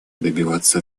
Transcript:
добиваться